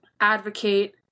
advocate